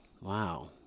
wow